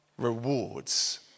rewards